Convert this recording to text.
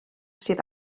sydd